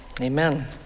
amen